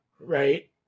right